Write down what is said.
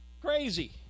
crazy